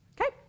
Okay